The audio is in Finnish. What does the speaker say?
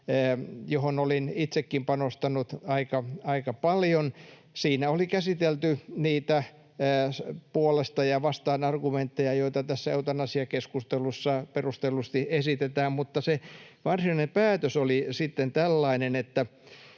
johon olin itsekin panostanut aika paljon — siinä oli käsitelty niitä argumentteja puolesta ja vastaan, joita tässä eutanasiakeskustelussa perustellusti esitetään — mutta se varsinainen päätös oli sitten tällainen,